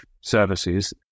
services